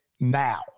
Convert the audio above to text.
now